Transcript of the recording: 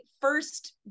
first